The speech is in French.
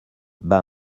bat